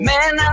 Man